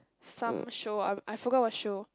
some show I I forgot what show